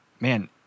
man